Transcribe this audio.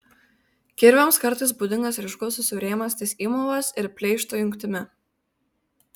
kirviams kartais būdingas ryškus susiaurėjimas ties įmovos ir pleišto jungtimi